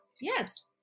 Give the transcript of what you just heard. yes